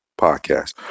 podcast